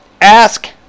ask